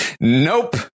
nope